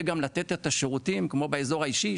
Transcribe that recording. גם לתת את השירותים כמו באזור האישי,